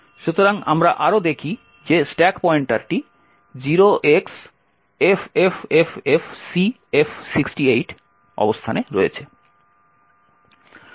সুতরাং আমরা আরও দেখি যে স্ট্যাক পয়েন্টারটি 0xffffcf68 অবস্থানে রয়েছে